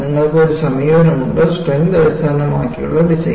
നിങ്ങൾക്ക് ഒരു സമീപനമുണ്ട് സ്ട്രെങ്ത് അടിസ്ഥാനമാക്കിയുള്ള ഡിസൈൻ